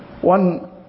One